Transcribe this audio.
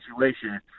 situation